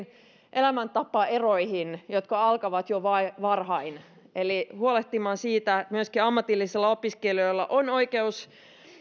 elämäntapaeroihin jotka alkavat jo varhain eli huolehtia siitä myöskin ammatillisilla opiskelijoilla on oikeus